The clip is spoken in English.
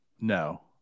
No